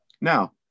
Now